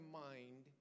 mind